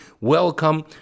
welcome